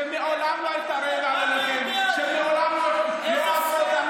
שמעולם לא הייתה רעבה ללחם,